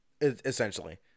Essentially